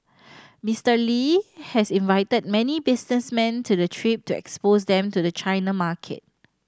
Mister Lee has invited many businessmen to the trip to expose them to the China market